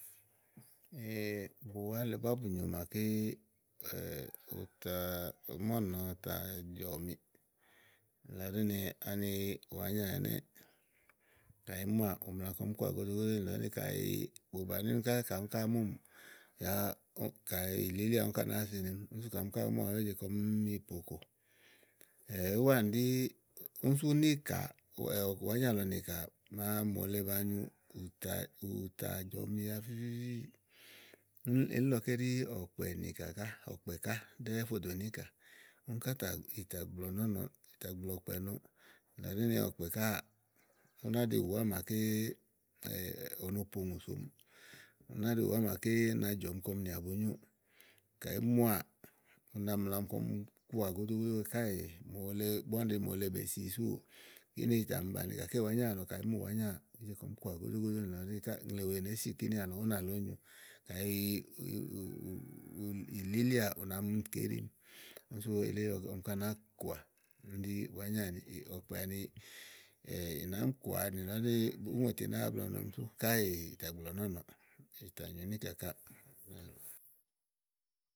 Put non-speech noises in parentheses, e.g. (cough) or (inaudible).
(hesitation) bùwá le búá bù nyo màaké ùtà, mɔ́ɔ̀nɔ tà jɔ̀míì. nìlɔ ɖí ni ani wàá nyà ɛnɛ́ɛ kayi ìí muà ù mla kɔɔ̀m koà góɖógódó nìlɔ ɖi ni kayi bù bàni úni ká kayi úni ka àá mumì, yá kayi ì lílíà yá úni ká nàáa senemi. úni sú kayi ɔmi ká àá muà ùú je kɔ mí yì po kò (hesitation) úwanì ɖì úni sú níìkà wàá nyà lɔ nìkà màa mòole ba nyu ì tà nyu ù tà jɔmi fífífífíì úni elílɔké ɖí ɔ̀kpɛ nìkà ká ɔ̀kpɛ ká ɖɛ́ɛ fò dò níìkà ɔ̀kpɛ ká ì tà gblɔ nɔ́ɔ̀nɔ ìtà gblɔ ɔkpɛ nɔɔ nìlɔ ɖí ni ɔ̀kpɛ káà ú ná ɖi úwà màaké no po ùŋù somiì. ú ná ɖi ùwà màaké na jɔmi kɔ ɔ̀mì nìà bu nyóò. Kayi ìí muà una mlami kɔɔ̀m koà gódó gódó káèè tè ígbɔ úni ɖi mòole bèe si súù kíni ì tà mi bàni gàké wàá nyà àlɔ kayi ìí mu wàá nyà ùú je kɔɔ̀m koà gódó gódó nìlɔ ɖí ni ùŋle nèé si kíni ámi ì únà lèe úni nyo kàyi (hesitation) ì lílíà, ù nà mi kó íɖi mi úni sú elí ɛɖí ɔmi ká nàáa kòà úni ɖí wàányà àni ɔ̀kpɛ àni ì nàáa mì kòà nìlɔ ɖí ni ùŋòti nàáa blèe ɔnɔmi sú káèè ì tà gblɔ̀ nɔ́ɔ̀nɔ ìtà nyu níìkà káà.